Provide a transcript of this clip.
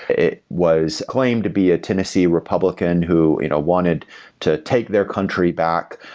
it was claimed to be a tennessee republican who you know wanted to take their country back.